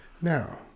Now